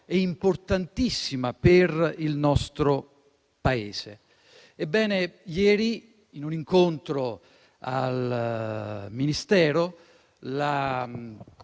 e importantissima per il nostro Paese. Ebbene, ieri in un tavolo al Ministero